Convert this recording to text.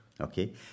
Okay